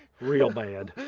real bad.